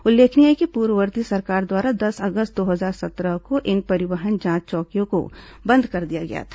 उल्लेखनीय है कि पूर्ववर्ती सरकार द्वारा दस अगस्त दो हजार सत्रह को इन परिवहन जांच चौकियों को बंद कर दिया गया था